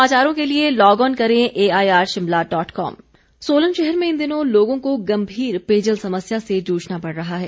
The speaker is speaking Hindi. समस्या सोलन शहर में इन दिनों लोगों को गम्भीर पेयजल समस्या से जूझना पड़ रहा है